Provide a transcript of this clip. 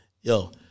Yo